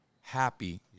happy